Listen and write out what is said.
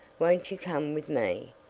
won't you come with me?